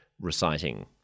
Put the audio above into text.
reciting